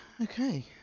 Okay